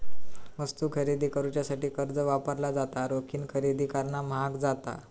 वस्तू खरेदी करुच्यासाठी कर्ज वापरला जाता, रोखीन खरेदी करणा म्हाग जाता